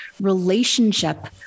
relationship